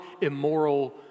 immoral